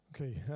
Okay